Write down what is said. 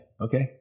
Okay